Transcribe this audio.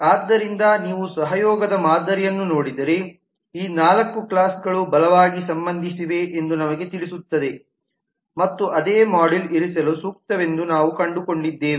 ಆದ್ದರಿಂದ ನೀವು ಸಹಯೋಗದ ಮಾದರಿಯನ್ನು ನೋಡಿದರೆ ಈ ನಾಲ್ಕು ಕ್ಲಾಸ್ಗಳು ಬಲವಾಗಿ ಸಂಬಂಧಿಸಿವೆ ಎಂದು ನಮಗೆ ತಿಳಿಸುತ್ತದೆ ಮತ್ತು ಅದೇ ಮಾಡ್ಯೂಲ್ನಲ್ಲಿ ಇರಿಸಲು ಸೂಕ್ತವೆಂದು ನಾವು ಕಂಡುಕೊಂಡಿದ್ದೇವೆ